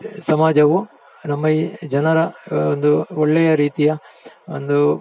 ಸಮಾಜವು ನಮ್ಮ ಈ ಜನರ ಒಂದು ಒಳ್ಳೆಯ ರೀತಿಯ ಒಂದು